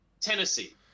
Tennessee